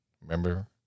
Remember